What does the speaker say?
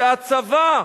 והצבא,